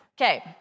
Okay